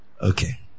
Okay